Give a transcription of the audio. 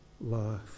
life